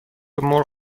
مرغ